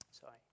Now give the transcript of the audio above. Sorry